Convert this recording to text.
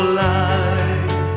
life